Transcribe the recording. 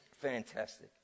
Fantastic